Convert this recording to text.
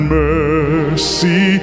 mercy